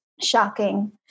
shocking